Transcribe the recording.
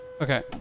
Okay